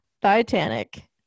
Titanic